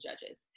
judges